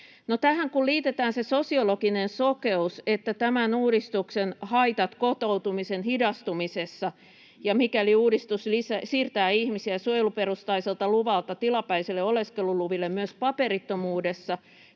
tähän kun liitetään se sosiologinen sokeus, että tämän uudistuksen haitat näkyvät kotoutumisen hidastumisessa, ja mikäli uudistus siirtää ihmisiä suojeluperustaiselta luvalta tilapäiselle oleskeluluville myös paperittomuudessa